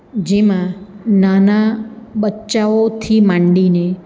જેમા નાના બચ્ચાઓથી માંડીને